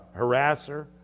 harasser